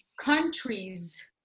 countries